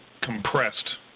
compressed